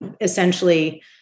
essentially